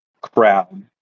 crowd